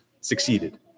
succeeded